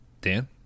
Dan